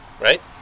right